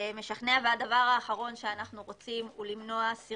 המונחים שהם משתמשים בהם לאורך החוק כדי למנוע את